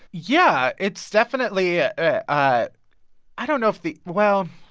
yeah. it's definitely ah i i don't know if the well,